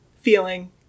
feeling